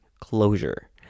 closure